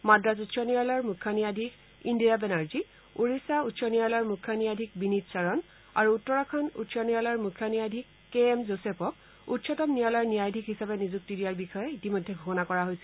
মাদ্ৰাছ উচ্চ ন্যায়ালয়ৰ মুখ্য ন্যায়াধীশ ইন্দিৰা বেনাৰ্জী উৰিষ্যা উচ্চ ন্যায়ালয়ৰ মুখ্য ন্যায়াধীশ বিনীত চৰণ আৰু উত্তৰাখণ্ড উচ্চ ন্যায়ালয়ৰ মুখ্য ন্যায়াধীশ কে এম যোচেফক উচ্চতম ন্যায়ালয়ৰ ন্যায়াধীশ হিচাপে নিযুক্তি দিয়াৰ বিষয়ে ইতিমধ্যে ঘোষণা কৰা হৈছিল